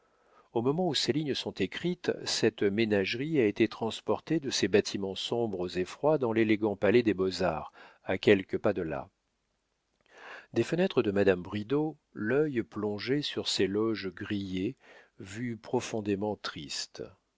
au moment où ces lignes sont écrites cette ménagerie a été transportée de ces bâtiments sombres et froids dans l'élégant palais des beaux-arts à quelques pas de là des fenêtres de madame bridau l'œil plongeait sur ces loges grillées vue profondément triste